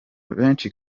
benshi